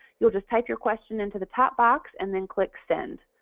you'll just type your question into the pop box and then click send.